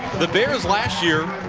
the bears last year